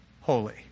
holy